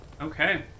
Okay